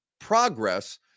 progress